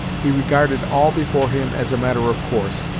he regarded all before him as a matter of course,